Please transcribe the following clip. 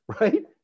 right